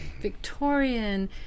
Victorian